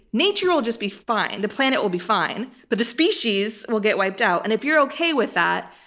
nature will just be fine. the planet will be fine, but the species will get wiped out. and if you're okay with that,